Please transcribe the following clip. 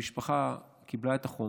המשפחה קיבלה את החומר,